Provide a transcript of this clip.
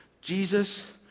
Jesus